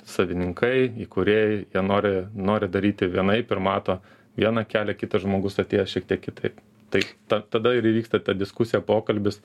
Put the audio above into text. savininkai įkūrėjai jie nori nori daryti vienaip ir mato vieną kelią kitas žmogus atėjęs šiek tiek kitaip tai ta tada ir įvyksta ta diskusija pokalbis